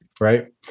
right